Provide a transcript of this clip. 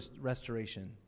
restoration